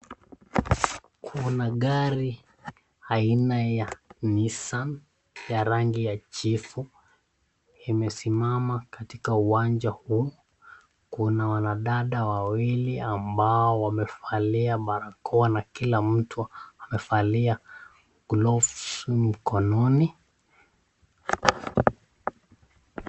Kuna magari aina ya Nissan ya rangi ya jivu imesimama katika uwanja huu. Kuna wanadada wawili ambao wamevalia barakoa na kila mtu amevalia gloves mkononi.